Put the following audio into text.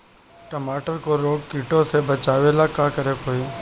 टमाटर को रोग कीटो से बचावेला का करेके होई?